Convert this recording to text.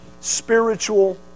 spiritual